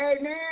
Amen